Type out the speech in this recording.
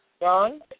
John